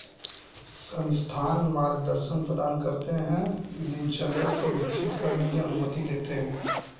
संस्थान मार्गदर्शन प्रदान करते है दिनचर्या को विकसित करने की अनुमति देते है